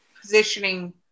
positioning